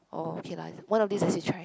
oh okay lah one of this as a try